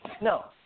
No